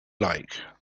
like